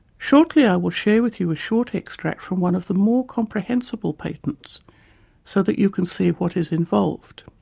shortly i will share with you a short extract from one of the more comprehensible patents so that you can see what is involved.